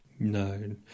No